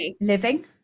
living